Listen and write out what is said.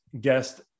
guest